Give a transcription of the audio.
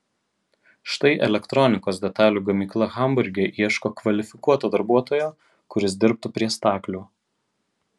štai elektronikos detalių gamykla hamburge ieško kvalifikuoto darbuotojo kuris dirbtų prie staklių